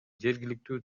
жергиликтүү